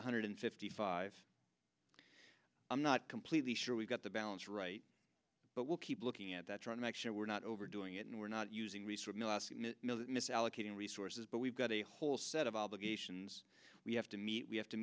one hundred fifty five i'm not completely sure we've got the balance right but we'll keep looking at that trying to make sure we're not overdoing it and we're not using resort milla miss allocating resources but we've got a whole set of obligations we have to meet we have to